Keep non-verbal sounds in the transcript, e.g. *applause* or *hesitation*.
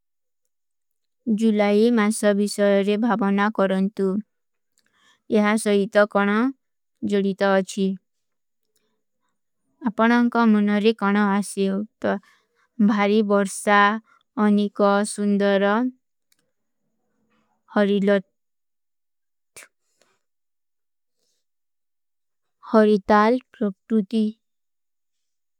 ଜୁଲାଈ ମାସା ଵିଷଯରେ ଭାଵନା କରନ୍ତୁ। ଯହାଂ ସହୀତା କାନା ଜଡିତା ଅଚ୍ଛୀ। ଅପନାଂକା ମୁନରେ କାନା ଆଶିଯୋ। ତଭାରୀ ବର୍ଷା ଅନିକା ସୁନ୍ଦରା *hesitation* ହରିତାଲ ପ୍ରକ୍ତୁତି।